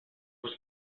was